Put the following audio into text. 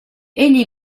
egli